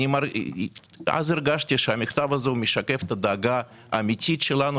אני הרגשתי שהמכתב הזה משקף את הדאגה האמיתית שלנו,